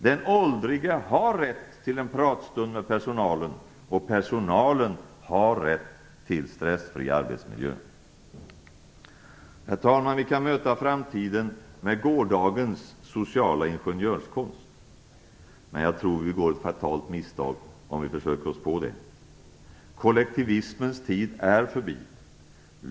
Den åldriga har rätt till en pratstund med personalen, och personalen har rätt till en stressfri arbetsmiljö. Herr talman! Vi kan möta framtiden med gårdagens sociala ingenjörskonst, men jag tror att vi begår ett fatalt misstag om vi försöker oss på det. Kollektivismens tid är förbi.